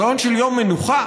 הרעיון של יום מנוחה,